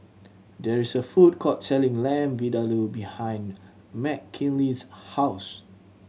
there is a food court selling Lamb Vindaloo behind Mckinley's house